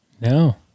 No